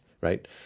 Right